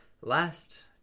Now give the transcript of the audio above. last